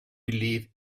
believe